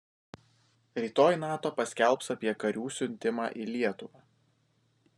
rytoj nato paskelbs apie karių siuntimą į lietuvą